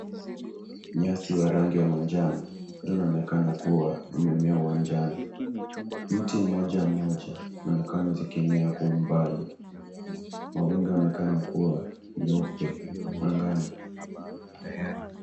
Nyasi wa rangi wa majano ndio inaonekana kuwa imemea uwanjani miti moja moja imemea kwa umbali, mawingu uonekana nyeupe angani.